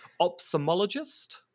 Ophthalmologist